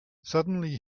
suddenly